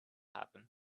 happen